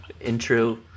intro